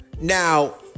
Now